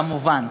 כמובן,